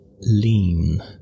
lean